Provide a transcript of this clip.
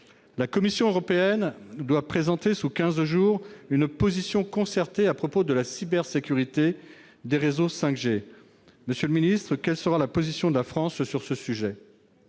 La Commission européenne doit présenter sous quinze jours une position concertée à propos de la cybersécurité des réseaux 5G. Monsieur le secrétaire d'État, quelle sera la position de la France sur ce sujet ?